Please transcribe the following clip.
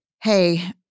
Hey